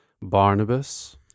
Barnabas